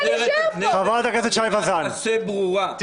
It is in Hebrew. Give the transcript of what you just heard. חברת הכנסת שי וזאן, תודה.